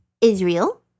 Israel